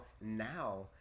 now